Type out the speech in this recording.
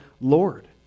Lord